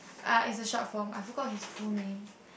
uh is a short form I forgot his full name